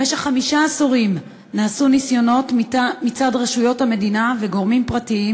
במשך חמישה עשורים נעשו ניסיונות מצד רשויות המדינה וגורמים פרטיים